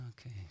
Okay